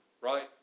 right